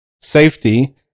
safety